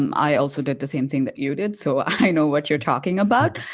um i also did the same thing that you did so i know what you're talking about,